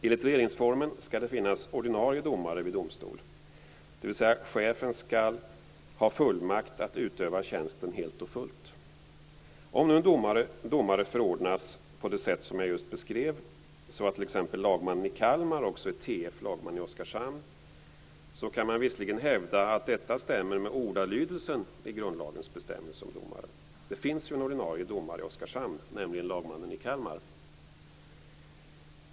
Enligt regeringsformen skall det finnas ordinarie domare vid domstol, dvs. att chefen skall ha fullmakt att utöva tjänsten helt och fullt. Om nu en domare förordnas på det sätt som jag just beskrev, att t.ex. lagmannen i Kalmar också är t.f. lagman i Oskarshamn, kan man visserligen hävda att detta stämmer med ordalydelsen i grundlagens bestämmelser om domare. Det finns ju en ordinarie domare i Oskarshamn, nämligen lagmannen i Kalmar.